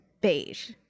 beige